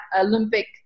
Olympic